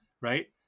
right